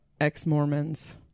ex-mormons